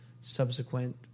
subsequent